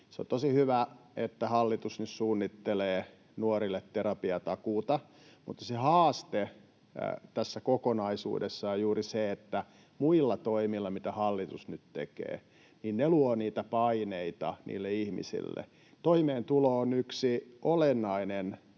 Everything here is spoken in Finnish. se on tosi hyvä, että hallitus nyt suunnittelee nuorille terapiatakuuta, mutta se haaste tässä kokonaisuudessa on juuri se, että muut toimet, mitä hallitus nyt tekee, luovat niitä paineita niille ihmisille. Toimeentulo on yksi olennainen